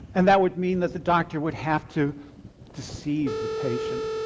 and that would mean that the doctor would have to deceive the patient.